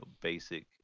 basic